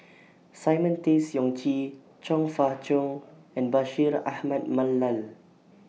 Simon Tay Seong Chee Chong Fah Cheong and Bashir Ahmad Mallal